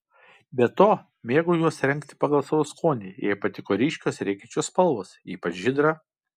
be to mėgo juos rengti pagal savo skonį jai patiko ryškios rėkiančios spalvos ypač žydra